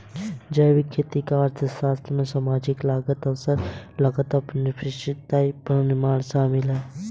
जैविक खेती का अर्थशास्त्र में सामाजिक लागत अवसर लागत अनपेक्षित परिणाम शामिल है